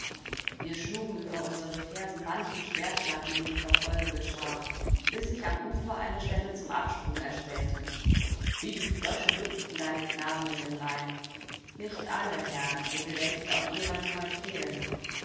wir schlugen über unsere fersen manchen schwertschlag gegen die verfolgende schar bis ich am ufer eine stelle zum absprung erspähte wie die frösche hüpften deine knaben in den rhein nicht alle herr du gedenkst auch ihrer die heut fehlen